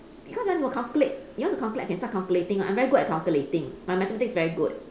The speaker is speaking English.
because you want to calculate you want to calculate I can start calculating one I'm very good at calculating my mathematics very good